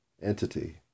entity